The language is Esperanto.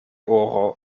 oro